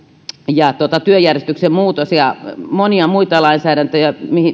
työjärjestyksen muutos ja monia muita lainsäädäntöjä